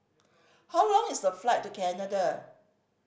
how long is the flight to Canada